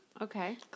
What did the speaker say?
Okay